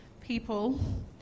people